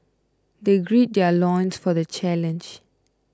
they gird their loins for the challenge